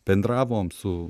bendravom su